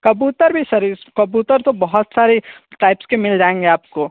कबुतर भी सर इस कबुतर तो बहुत सारी टाइप्स के मिल जाएँगे आप को